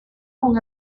con